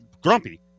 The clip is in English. grumpy